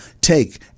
take